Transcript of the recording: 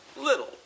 little